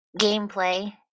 gameplay